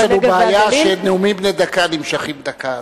יש לנו בעיה שנאומים בני דקה נמשכים דקה.